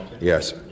Yes